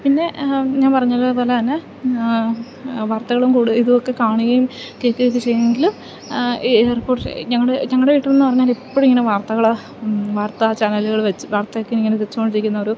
പിന്നെ ഞാൻ പറഞ്ഞത് പോലെ തന്നെ വാർത്തകളും കൂടുതൽ ഇത് ഒക്കെ കാണുകയും കേൾക്കുവൊക്കെ ചെയ്യുമെങ്കിൽ എയർപോർട്ട് ഞങ്ങളുടെ ഞങ്ങളുടെ വീട്ടിൽ നിന്ന് പറഞ്ഞാൽ എപ്പോഴും ഇങ്ങനെ വാർത്തകൾ വാർത്താ ചാനലുകൾ വച്ച് വാർത്തയൊക്കെ ഇങ്ങനെ വെച്ചോണ്ടിരിക്കുന്ന ഒരു